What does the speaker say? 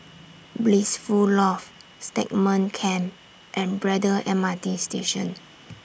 Blissful Loft Stagmont Camp and Braddell M R T Station